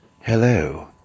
Hello